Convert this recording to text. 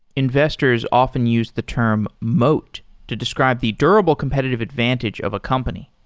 investors often use the term moat to describe the durable competitive advantage of a company.